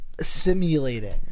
simulating